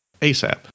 ASAP